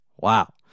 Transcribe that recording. wow